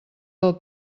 del